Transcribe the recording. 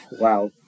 Wow